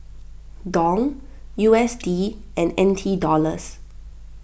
Dong U S D and N T Dollars